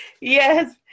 Yes